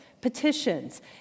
petitions